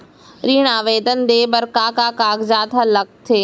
ऋण आवेदन दे बर का का कागजात ह लगथे?